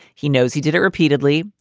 he knows he did it repeatedly.